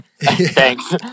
thanks